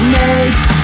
makes